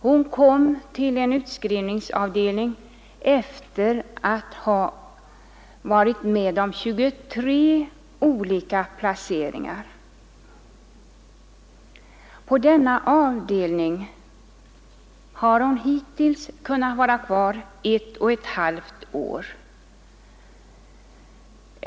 Hon kom till en utskrivningsavdelning efter att ha varit med om 23 olika placeringar. Till denna avdelning har hon nu varit knuten sammanlagt ett och ett halvt år.